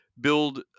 build